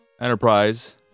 Enterprise